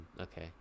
Okay